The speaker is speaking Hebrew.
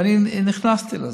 ואני נכנסתי לזה.